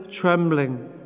trembling